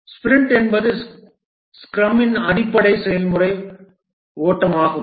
sprint என்பது ஸ்க்ரமின் அடிப்படை செயல்முறை ஓட்டமாகும்